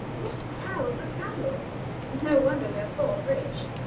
what crowds of candles no wonder we are thought rich.